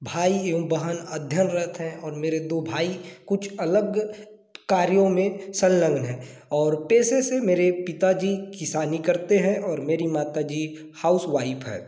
भाई एवं बहन अध्ययनरत हैं और मेरे दो भाई कुछ अलग कारियों में संलग्न हैं और पेशे से मेरे पिताजी किसानी करते हैं और मेरी माता जी हाउस वाइफ है